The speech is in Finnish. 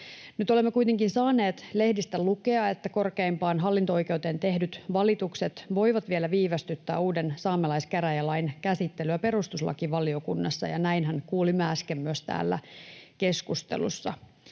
Nyt olemme kuitenkin saaneet lehdistä lukea, että korkeimpaan hallinto-oikeuteen tehdyt valitukset voivat vielä viivästyttää uuden saamelaiskäräjälain käsittelyä perustuslakivaliokunnassa, ja näinhän kuulimme äsken myös täällä keskustelussa.